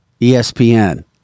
ESPN